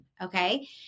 okay